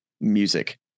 music